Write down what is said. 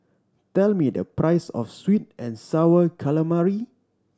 tell me the price of sweet and Sour Calamari